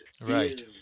Right